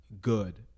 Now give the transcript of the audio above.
good